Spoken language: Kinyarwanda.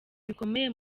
bikomeye